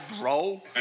bro